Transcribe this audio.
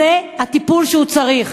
טיפול הוא צריך,